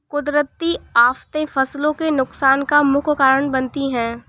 कुदरती आफतें फसलों के नुकसान का मुख्य कारण बनती है